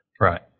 Right